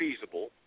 feasible